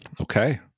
Okay